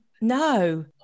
no